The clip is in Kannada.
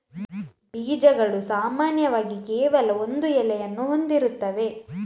ಬೀಜಗಳು ಸಾಮಾನ್ಯವಾಗಿ ಕೇವಲ ಒಂದು ಎಲೆಯನ್ನು ಹೊಂದಿರುತ್ತವೆ